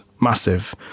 massive